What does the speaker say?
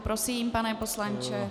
Prosím, pane poslanče.